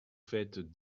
faites